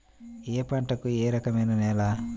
ఏ పంటకు ఏ రకమైన నేల?